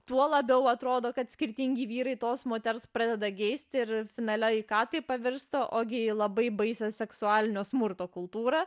tuo labiau atrodo kad skirtingi vyrai tos moters pradeda geisti ir finale į ką tai pavirsta o gi į labai baisią seksualinio smurto kultūrą